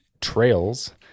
trails